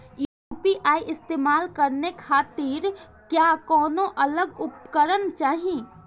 UPI इस्तेमाल करने खातिर क्या कौनो अलग उपकरण चाहीं?